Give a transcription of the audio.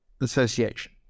association